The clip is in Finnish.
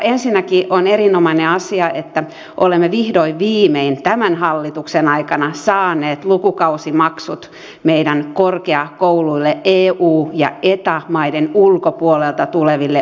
ensinnäkin on erinomainen asia että olemme vihdoin viimein tämän hallituksen aikana saaneet lukukausimaksut meidän korkeakouluille eu ja eta maiden ulkopuolelta tuleville opiskelijoille